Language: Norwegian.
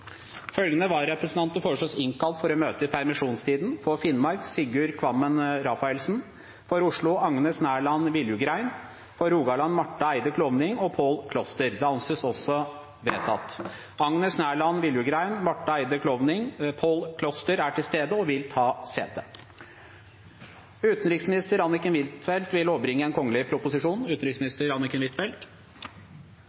Følgende vararepresentanter innkalles for å møte i permisjonstiden: For Finnmark: Sigurd Kvammen Rafaelsen For Oslo: Agnes Nærland Viljugrein For Rogaland: Marte Eide Klovning og Paal Kloster Agnes Nærland Viljugrein, Marte Eide Klovning og Paal Kloster er til stede og vil ta sete. Representanten Sofie Høgestøl vil